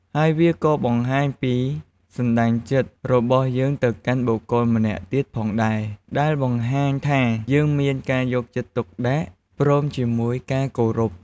ហើយវាក៏បង្ហាញពី សន្ដានចិត្ត របស់យើងទៅកាន់បុគ្គលម្នាក់ទៀតផងដែរ ដែលបង្ហាញថាយើងមានការយកចិត្តទុកដាក់ ព្រមជាមួយការគោរព។